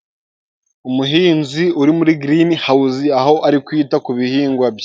Umuhinzi uri muri Girini Hawuzi, aho ari kwita ku bihingwa bye.